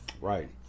Right